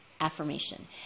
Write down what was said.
affirmation